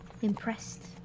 impressed